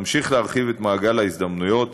נמשיך להרחיב את מעגל ההזדמנויות